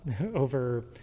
over